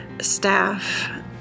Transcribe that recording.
staff